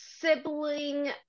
sibling